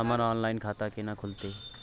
हमर ऑनलाइन खाता केना खुलते?